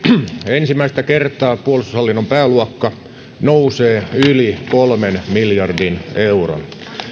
ensimmäistä kertaa puolustushallinnon pääluokka nousee yli kolmen miljardin euron